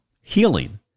healing